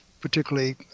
particularly